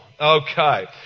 Okay